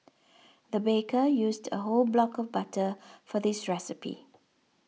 the baker used a whole block of butter for this recipe